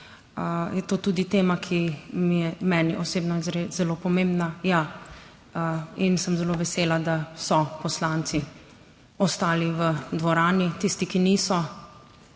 to je tudi tema, ki je meni osebno zelo pomembna in sem zelo vesela, da so poslanci ostali v dvorani, tisti, ki niso,